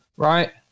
Right